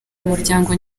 umuryango